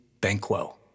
Banquo